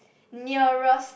nearest